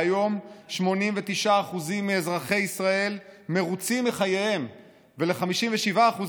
והיום 89% מאזרחי ישראל מרוצים מחייהם ול-57%